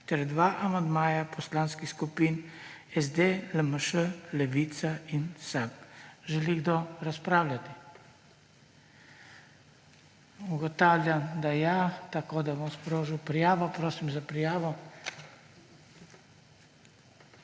ter dva amandmaja poslanskih skupin SD, LMŠ, Levica in SAB. Želi kdo razpravljati? Ugotavljam, da ja, tako da bom sprožil prijavo. Prosim za prijavo.